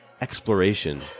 exploration